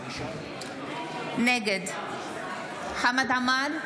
נגד חמד עמאר,